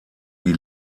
die